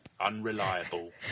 Unreliable